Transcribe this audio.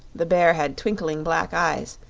the bear had twinkling black eyes,